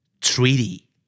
Treaty